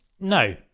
no